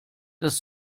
dass